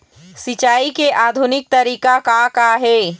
सिचाई के आधुनिक तरीका का का हे?